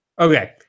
Okay